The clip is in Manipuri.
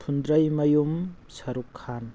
ꯐꯨꯟꯗ꯭ꯔꯩꯃꯌꯨꯝ ꯁꯔꯨꯛ ꯈꯥꯟ